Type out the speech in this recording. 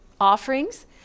offerings